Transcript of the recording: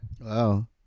Wow